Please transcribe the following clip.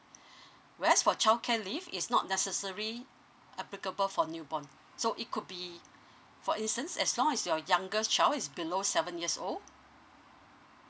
whereas for childcare leave is not necessary applicable for newborn so it could be for instance as long as your youngest child is below seven years old